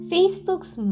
Facebook's